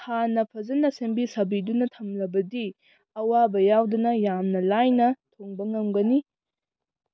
ꯍꯥꯟꯅ ꯐꯖꯅ ꯁꯦꯝꯕꯤ ꯁꯥꯕꯤꯗꯨꯅ ꯊꯝꯂꯕꯗꯤ ꯑꯋꯥꯕ ꯌꯥꯎꯗꯅ ꯌꯥꯝꯅ ꯂꯥꯏꯅ ꯊꯣꯡꯕ ꯉꯝꯒꯅꯤ